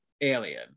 Alien